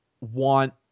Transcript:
want